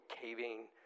caving